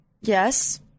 Yes